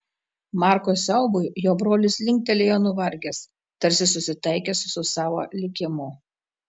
marko siaubui jo brolis linktelėjo nuvargęs tarsi susitaikęs su savo likimu